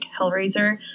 Hellraiser